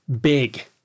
big